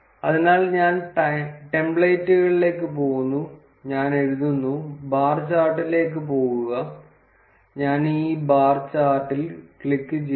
അതിനാൽ ഞാൻ ടെംപ്ലേറ്റുകളിലേക്ക് പോകുന്നു ഞാൻ എഴുതുന്നു ബാർ ചാർട്ടിലേക്ക് പോകുക ഞാൻ ഈ ബാർ ചാർട്ടിൽ ക്ലിക്കുചെയ്യുക